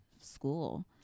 school